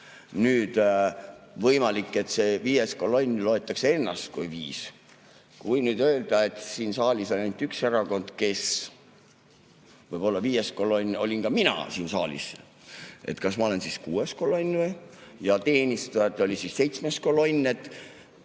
Nüüd võimalik, et see viies kolonn – loetakse ennast kui viis. Kui nüüd öelda, et siin saalis oli ainult üks erakond, kes võib olla viies kolonn, siis olin ka mina siin saalis. Kas ma olen kuues kolonn või? Ja kas teenistujad olid seitsmes kolonn?